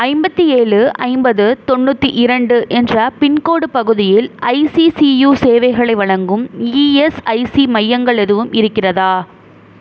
ஐம்பத்து ஏழு ஐம்பது தொண்ணூற்றி இரண்டு என்ற பின்கோட் பகுதியில் ஐசிசியூ சேவைகளை வழங்கும் இஎஸ்ஐசி மையங்கள் எதுவும் இருக்கிறதா